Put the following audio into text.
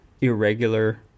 irregular